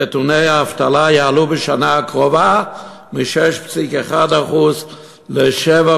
נתוני האבטלה יעלו בשנה הקרובה מ-6.1% ל-7.1%,